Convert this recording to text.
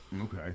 Okay